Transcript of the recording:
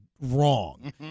wrong